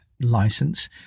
license